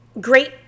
great